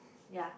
ya